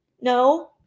No